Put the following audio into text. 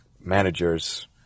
managers